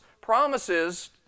promises